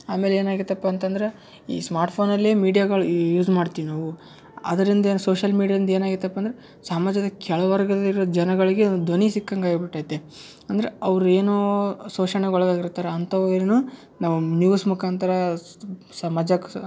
ಆಮೇಲೆ ಏನಾಗೈತಪ್ಪ ಅಂತಂದ್ರೆ ಈ ಸ್ಮಾರ್ಟ್ ಫೋನಲ್ಲಿ ಮೀಡ್ಯಾಗಳು ಯೂಸ್ ಮಾಡ್ತೀವಿ ನಾವು ಅದರಿಂದ ಏನು ಸೋಶಲ್ ಮೀಡ್ಯಾದಿಂದ ಏನಾಗಿತ್ತಪ್ಪ ಅಂದ್ರೆ ಸಮಾಜದ ಕೆಳವರ್ಗದಲ್ಲಿರುವ ಜನಗಳಿಗೆ ಒಂದು ಧ್ವನಿ ಸಿಕ್ಕಂಗೆ ಆಗಿಬಿಟ್ಟೈತೆ ಅಂದ್ರೆ ಅವ್ರು ಏನೋ ಶೋಷಣೆಗೆ ಒಳಗಾಗಿರ್ತಾರೆ ಅಂಥವು ಏನು ನಾವು ನ್ಯೂಸ್ ಮುಖಾಂತರ ಸಮಾಜಕ್ಕೆ